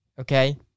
Okay